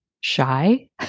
shy